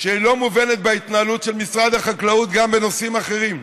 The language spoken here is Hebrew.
לא מובנת בהתנהלות של משרד החקלאות גם בנושאים אחרים.